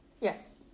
Yes